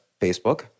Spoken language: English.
Facebook